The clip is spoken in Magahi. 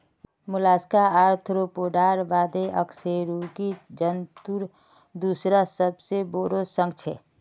मोलस्का आर्थ्रोपोडार बादे अकशेरुकी जंतुर दूसरा सबसे बोरो संघ छे